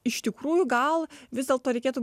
iš tikrųjų gal vis dėlto reikėtų